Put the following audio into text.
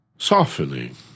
softening